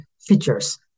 features